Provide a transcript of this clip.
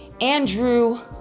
Andrew